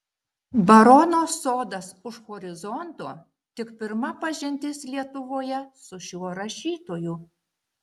barono sodas už horizonto tik pirma pažintis lietuvoje su šiuo rašytoju